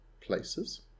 places